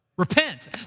Repent